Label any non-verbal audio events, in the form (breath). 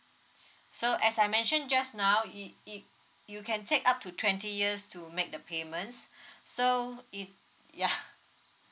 (breath) so as I mentioned just now y~ y~ you can take up to twenty years to make the payments (breath) so it yeah